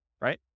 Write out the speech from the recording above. right